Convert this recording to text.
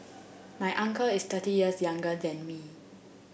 my uncle is thirty years younger than me